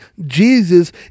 Jesus